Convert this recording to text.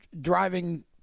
driving